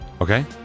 Okay